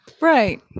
Right